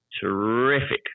terrific